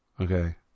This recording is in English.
Okay